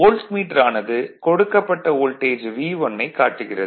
voltmeter ஆனது கொடுக்கப்பட்ட voltage V1 ஐக் காட்டுகிறது